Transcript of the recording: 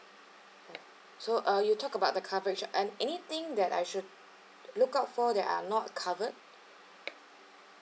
ya so uh you talk about the coverage and anything that I should look out for that are not covered